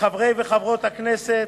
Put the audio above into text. מחברי וחברות הכנסת